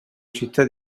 città